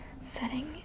setting